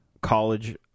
college